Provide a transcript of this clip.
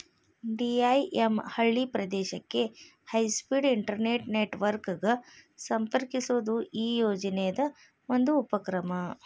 DIM ಹಳ್ಳಿ ಪ್ರದೇಶಕ್ಕೆ high speed internet network ಗ ಸಂಪರ್ಕಿಸೋದು ಈ ಯೋಜನಿದ್ ಒಂದು ಉಪಕ್ರಮ